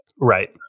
right